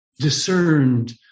discerned